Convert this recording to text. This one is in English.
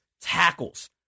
tackles